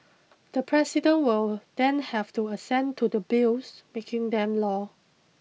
the President will then have to assent to the Bills making them law